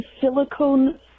silicone